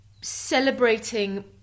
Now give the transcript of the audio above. celebrating